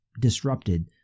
disrupted